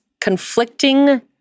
conflicting